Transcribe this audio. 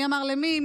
מי אמר למי?